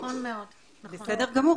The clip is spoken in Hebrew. בסדר גמור,